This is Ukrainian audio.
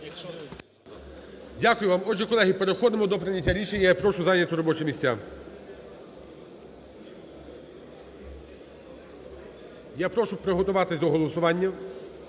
Дякую вам. Отже, колеги, переходимо до прийняття рішення. Я прошу зайняти робочі місця. Я прошу приготуватись до голосування.